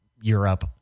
Europe